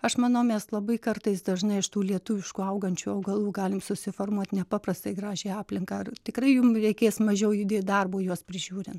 aš manau mes labai kartais dažnai iš tų lietuviškų augančių augalų galim susiformuot nepaprastai gražią aplinką ar tikrai jum reikės mažiau įdėt darbo juos prižiūrint